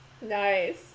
Nice